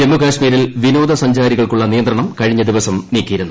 ജമ്മുകാശ്മീരിൽ വിനോദസ്ഞ്ചർരികൾക്കുള്ള നിയന്ത്രണം കഴിഞ്ഞ ദിവസം നീക്കിയിരുന്നു